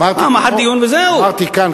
אמרתי כאן,